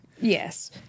Yes